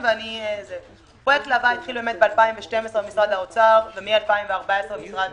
פרויקט להב"ה התחיל ב-2012 במשרד האוצר ומ-2014 במשרד